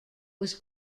was